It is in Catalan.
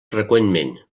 freqüentment